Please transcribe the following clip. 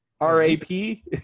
r-a-p